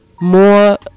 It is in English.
more